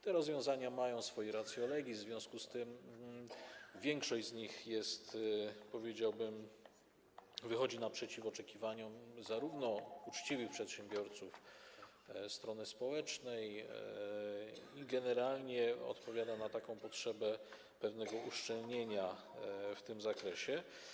Te rozwiązania mają swoje ratio legis, w związku z czym większość z nich, powiedziałbym, wychodzi naprzeciw oczekiwaniom zarówno uczciwych przedsiębiorców, jak i strony społecznej i generalnie odpowiada na taką potrzebę pewnego uszczelnienia w tym zakresie.